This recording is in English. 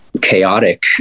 chaotic